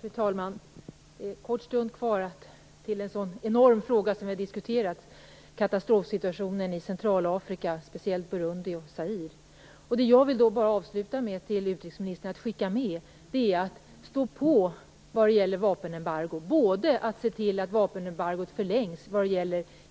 Fru talman! Det är bara en kort stund kvar till den enorma fråga som vi diskuterar, katastrofsituationen i Centralafrika, speciellt i Burundi och Zaire. Jag vill avslutningsvis säga till utrikesministern: Stå på vad gäller vapenembargo! Det gäller både att se till att vapenembargot förlängs för